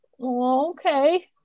okay